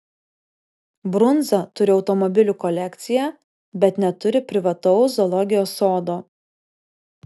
brunza turi automobilių kolekciją bet neturi privataus zoologijos sodo